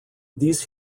these